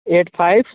eight five